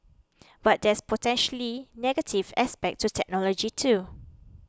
but there's potentially negative aspect to technology too